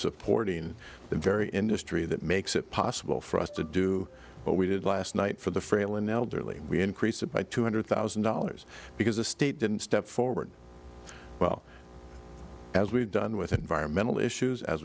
supporting the very industry that makes it possible for us to do what we did last night for the frail and elderly we increased it by two hundred thousand dollars because the state didn't step forward well as we've done with environmental issues as